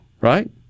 right